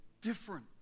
different